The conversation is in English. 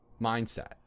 mindset